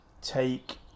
take